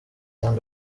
young